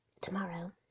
Tomorrow